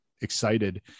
excited